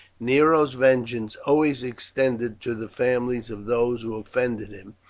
nero's vengeance always extended to the families of those who offended him,